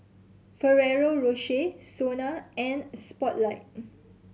Ferrero Rocher SONA and Spotlight